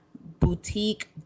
boutique